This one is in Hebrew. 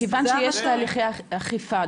מכיוון שיש תהליכי אכיפה,